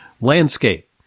landscape